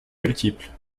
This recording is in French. multiples